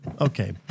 Okay